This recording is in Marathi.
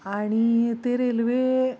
आणि ते रेल्वे